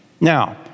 Now